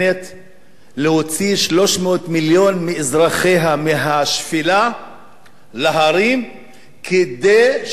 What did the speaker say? להוציא 300 מיליון מאזרחיה מהשפלה להרים כדי להבטיח